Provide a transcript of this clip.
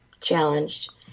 challenged